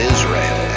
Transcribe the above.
Israel